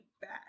back